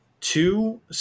two